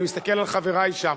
אני מסתכל על חברי שם.